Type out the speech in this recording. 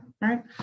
right